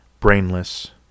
brainless